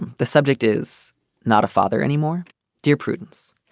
and the subject is not a father anymore dear prudence.